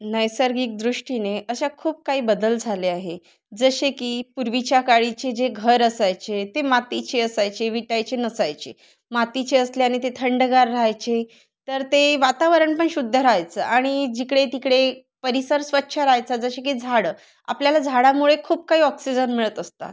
नैसर्गिक दृष्टीने अशा खूप काही बदल झाले आहे जसे की पूर्वीच्या काळीचे जे घर असायचे ते मातीचे असायचे विटायचे नसायचे मातीचे असल्याने ते थंडगार राहायचे तर ते वातावरण पण शुद्ध राहायचं आणि जिकडे तिकडे परिसर स्वच्छ राहायचा जसे की झाडं आपल्याला झाडामुळे खूप काही ऑक्सिजन मिळत असतात